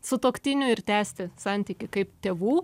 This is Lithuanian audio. sutuoktinių ir tęsti santykį kaip tėvų